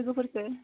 लोगोफोरखौ